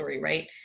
right